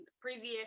previous